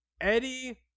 Eddie